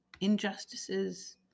injustices